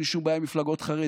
אין לי שום בעיה מפלגות חרדיות,